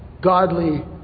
godly